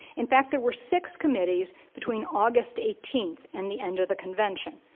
in fact, there were six committees between august eighteenth and the end of the convention.